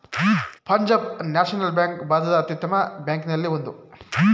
Punjab National Bank ಭಾರತದ ಅತ್ಯುತ್ತಮ ಬ್ಯಾಂಕಲ್ಲಿ ಒಂದು